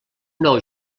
nou